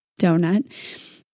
donut